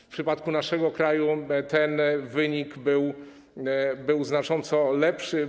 W przypadku naszego kraju ten wynik był znacząco lepszy.